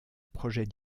projet